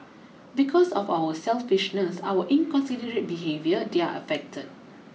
because of our selfishness our inconsiderate behaviour they're affected